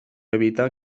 evita